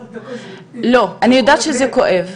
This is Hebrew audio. אני יודעת שזה כואב,